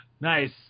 Nice